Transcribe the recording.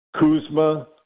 Kuzma